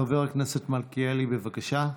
חבר הכנסת מלכיאלי, בבקשה.